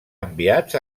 enviats